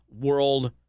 World